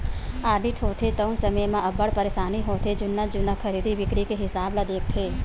audit होथे तउन समे म अब्बड़ परसानी होथे जुन्ना जुन्ना खरीदी बिक्री के हिसाब ल देखथे